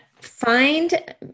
find